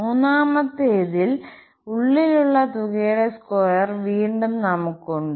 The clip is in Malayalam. മൂന്നാമത്തേതിൽ ഉള്ളിലുള്ള തുകയുടെ സ്ക്വയർ വീണ്ടും നമുക്കുണ്ട്